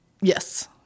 Yes